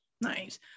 Nice